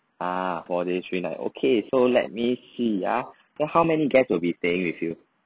ah four days three night okay so let me see ya so how many guest will be staying with you